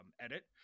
edit